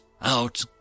Out